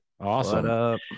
Awesome